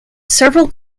several